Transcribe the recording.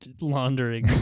laundering